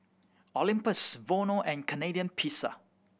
Olympus Vono and Canadian Pizza